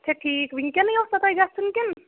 اچھا ٹھیٖک وٕنکیٚنٕے اوسا تۄہہِ گَژھُن کِنہٕ